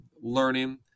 learning